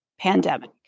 pandemic